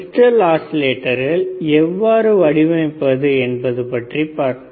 crystal ஆஸிலேட்டர்களை எவ்வாறு வடிவமைப்பது என்பதை பற்றி பார்ப்போம்